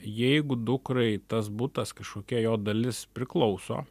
jeigu dukrai tas butas kažkokia jo dalis priklauso